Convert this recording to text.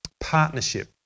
partnership